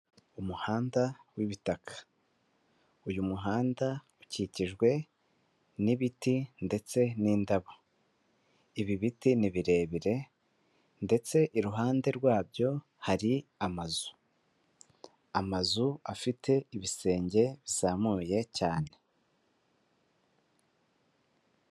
Umuhanda w'ibitaka, uyu muhanda ukikijwe n'ibiti ndetse n'indabo, ibi biti ni birebire ndetse iruhande rwabyo hari amazu, amazu afite ibisenge bizamuye cyane.